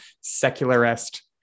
secularist